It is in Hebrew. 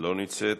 לא נמצאת,